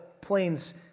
planes